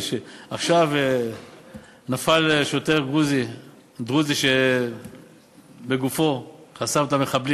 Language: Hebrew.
עכשיו נפל שוטר דרוזי שבגופו חסם את המחבלים